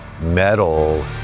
metal